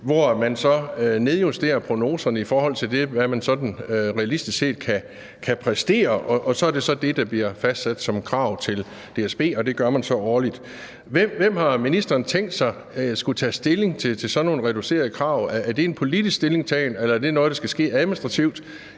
hvor man så nedjusterer prognoserne i forhold til, hvad man sådan realistisk set kan præstere. Og så er det så det, der bliver fastsat som et krav til DSB, og det gør man så årligt. Hvem har ministeren tænkt sig skulle tage stilling til sådan nogle reducerede krav? Er det en politisk stillingtagen, eller er det noget, der skal ske administrativt